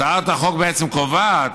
הצעת החוק בעצם קובעת,